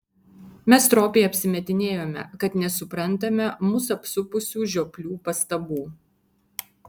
mes stropiai apsimetinėjome kad nesuprantame mus apsupusių žioplių pastabų